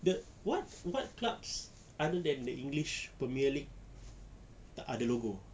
the what what clubs other than the english premier league tak ada logo